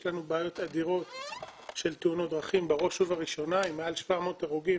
יש לנו בעיות אדירות של תאונות דרכים בראש ובראשונה עם מעל 700 הרוגים